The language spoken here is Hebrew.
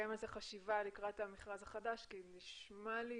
לקיים על זה חשיבה לקראת המכרז החדש כי נשמע לי